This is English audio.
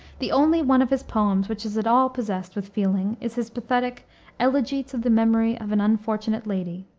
the only one of his poems which is at all possessed with feeling is his pathetic elegy to the memory of an unfortunate lady.